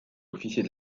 officier